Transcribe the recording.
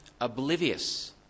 oblivious